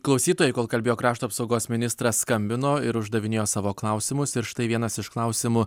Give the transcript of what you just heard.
klausytojai kol kalbėjo krašto apsaugos ministras skambino ir uždavinėjo savo klausimus ir štai vienas iš klausimų